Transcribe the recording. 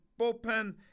bullpen